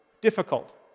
difficult